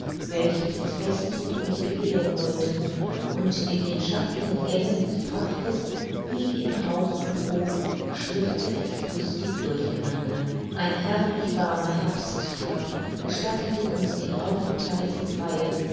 welche das fest mit uns begehen wollten und in den schattigen gängen des parkes wie in haus und hof schwirrte es lustig durcheinander ein herrlich warmer herbsttag gestattete uns den aufenthalt im freien